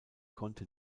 konnte